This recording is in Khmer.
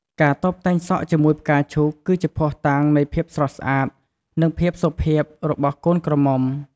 ការតុបតែងសក់ជាមួយផ្កាឈូកគឺជាភស្តុតាងនៃភាពស្រស់ស្អាតនិងភាពសុភាពរបស់កូនក្រមុំ។